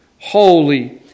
holy